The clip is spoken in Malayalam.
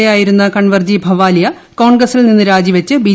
എ ആയിരുന്ന കൻവാർജി ഭാവാലിയ കോൺഗ്രസിൽ നിന്ന് രാജിവച്ച് ബി